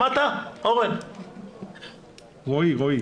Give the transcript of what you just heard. שמעת, רועי?